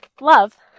Love